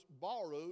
borrowed